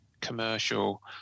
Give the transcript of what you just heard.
commercial